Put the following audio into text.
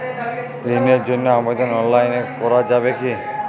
ঋণের জন্য আবেদন অনলাইনে করা যাবে কি?